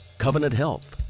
covenant health.